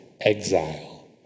exile